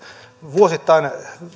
vuosittain